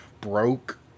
broke